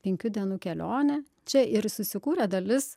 penkių dienų kelionė čia ir susikūrė dalis